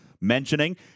mentioning